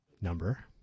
number